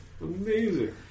Amazing